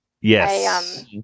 Yes